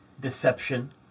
Deception